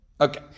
Okay